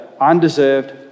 undeserved